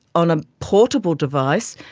on a portable device,